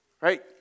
Right